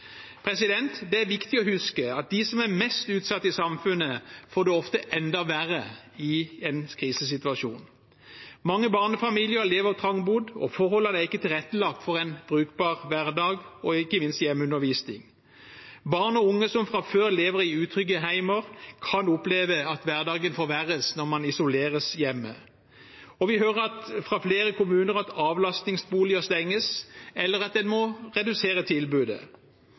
Det er viktig å huske at de som er mest utsatt i samfunnet, får det ofte enda verre i en krisesituasjon. Mange barnefamilier lever trangbodd, og forholdene er ikke tilrettelagt for en brukbar hverdag og ikke minst for hjemmeundervisning. Barn og unge som fra før lever i utrygge hjem, kan oppleve at hverdagen forverres når de isoleres hjemme. Vi hører fra flere kommuner at avlastningsboliger stenges, eller at en må redusere tilbudet,